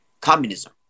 communism